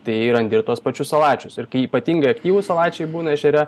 tai randi ir tuos pačius salačius ir kai ypatingai aktyvūs salačiai būna ežere